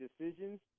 decisions